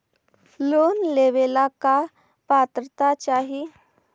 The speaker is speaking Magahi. लोन लेवेला का पात्रता चाही?